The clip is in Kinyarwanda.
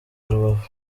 rubavu